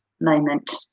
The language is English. Moment